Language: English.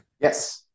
Yes